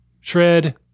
shred